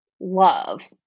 love